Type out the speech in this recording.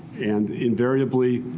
and invariably,